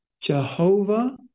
Jehovah